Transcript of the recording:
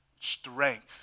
strength